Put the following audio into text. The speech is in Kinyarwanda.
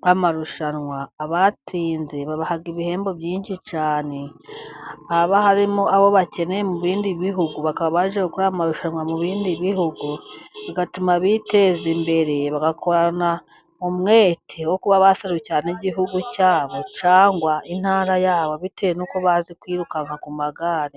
nk'amarushanwa, abatsinze babaha ibihembo byinshi cyane, haba harimo abo bakeneye mu bindi bihugu bakaba bajya gukora amarushanwa mu bindi bihugu, bigatuma biteza imbere, bagakorana umwete wo kuba baserukira n' igihugu cyabo cyangwa intara yabo bitewe n'uko bazi kwirukanka ku magare.